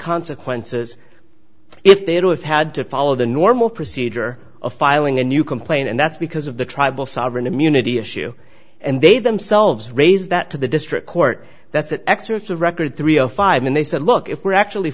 consequences if they do it had to follow the normal procedure of filing a new complaint and that's because of the tribal sovereign immunity issue and they themselves raise that to the district court that's an excerpt of record three o five and they said look if we're actually